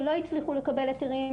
שלא הצליחו לקבל היתרים,